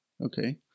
Okay